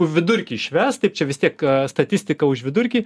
vidurkį išves taip čia vis tiek statistika už vidurkį